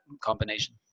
combination